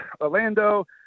Orlando